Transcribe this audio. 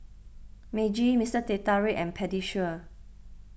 Meiji Mister Teh Tarik and Pediasure